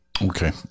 Okay